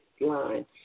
line